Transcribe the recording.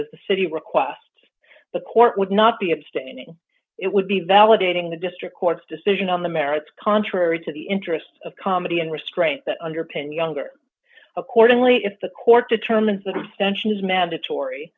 of the city request the court would not be abstaining it would be validating the district court's decision on the merits contrary to the interests of comedy and restraint that underpin younger accordingly if the court determines t